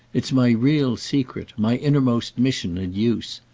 it's my real secret, my innermost mission and use.